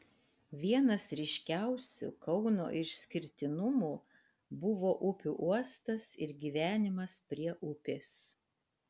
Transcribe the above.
vienas ryškiausių kauno išskirtinumų buvo upių uostas ir gyvenimas prie upės